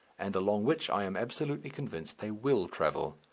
and along which i am absolutely convinced they will travel.